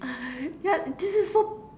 yeah this this is so